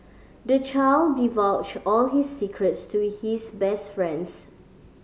the child divulged all his secrets to his best friend